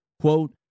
quote